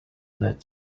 that